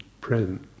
present